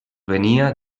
venia